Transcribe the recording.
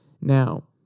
Now